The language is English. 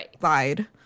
lied